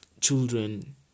children